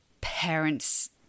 parents